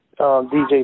DJ